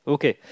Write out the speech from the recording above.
Okay